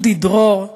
לאודי דרור,